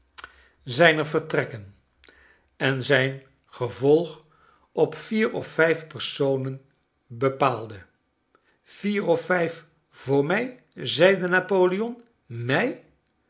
zijner vertrekken en zijn gevolg op vier of vijf personen bepaalde vier of vijf voor mij b zeide napoleon mij